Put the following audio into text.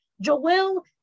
Joel